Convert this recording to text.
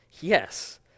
Yes